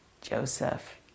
Joseph